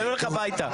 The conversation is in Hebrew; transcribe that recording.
אני הולך הביתה.